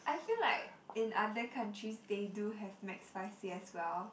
I feel like in other countries they do have McSpicy as well